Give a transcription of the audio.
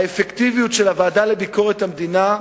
האפקטיביות של הוועדה לביקורת המדינה,